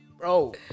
Bro